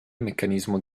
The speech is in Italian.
meccanismo